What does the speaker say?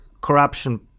corruption